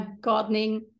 gardening